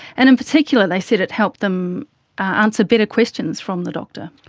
and in particular they said it helped them answer better questions from the doctor.